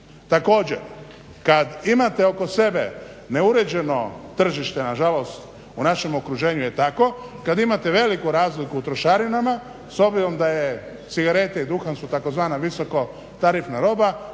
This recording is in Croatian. Također, kad imate oko sebe neuređeno tržište na žalost u našem okruženju je tako, kad imate veliku razliku u trošarinama s obzirom da je cigarete i duhan su tzv. visoko tarifna roba